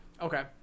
Okay